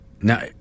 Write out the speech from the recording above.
Now